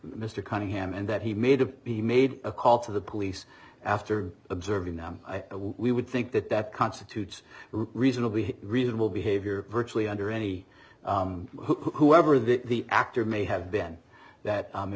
mr cunningham and that he made to be made a call to the police after observing them we would think that that constitutes reasonably reasonable behavior virtually under any who ever the actor may have been that